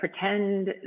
pretend